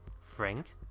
frank